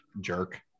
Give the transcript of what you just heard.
jerk